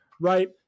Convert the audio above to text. right